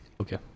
Okay